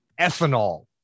ethanol